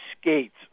skates